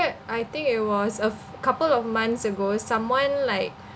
I think it was a f~ couple of months ago someone like